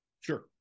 Sure